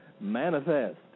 Manifest